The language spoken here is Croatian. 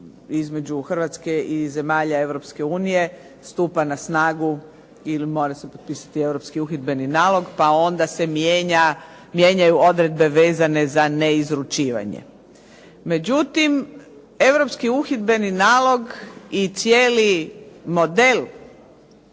između Hrvatske i zemalja Europske unije stupa na snagu i mora se potpisati Europski uhidbeni nalog pa onda se mijenjaju odredbe za neizručivanje. Međutim, Europski uhidbeni nalog i cijeli model